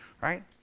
Right